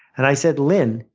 and i said lynne,